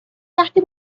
وقتی